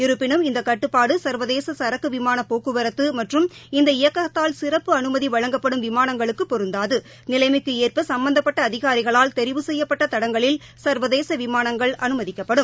இருப்பிலும் இந்த கட்டுப்பாடு சா்வதேச சரக்கு விமான போக்குவரத்து மற்றும் இந்த இயக்ககத்தால் சிறப்பு அனுமதி வழங்கப்படும் விமாளங்களுக்கு பொருந்தாது நிலைமைக்கு ஏற்ப சம்பந்தப்பட்ட அதிகாரிகளால் தெரிவு செய்யப்பட்ட தடங்களில் சா்வதேச விமாளங்கள் அனுமதிக்கப்படும்